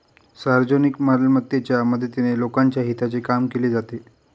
सार्वजनिक मालमत्तेच्या मदतीने लोकांच्या हिताचे काम केले जाते